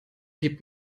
gibt